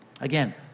Again